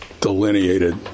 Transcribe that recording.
delineated